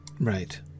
Right